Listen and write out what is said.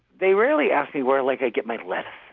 they rarely ask me where like i get my lettuce.